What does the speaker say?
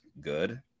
good